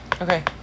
okay